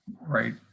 Right